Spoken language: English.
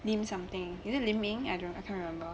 name something is it lin ming I don't I cant remember